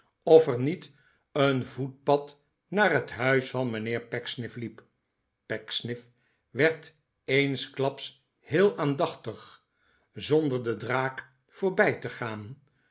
of er niet een voetpad naar het huis van mijnheer pecksniff liep pecksniff werd eensklaps heel aandachtig zonder de draak voorbij te gaan